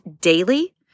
daily